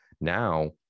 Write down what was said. now